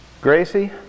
Gracie